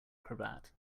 cravat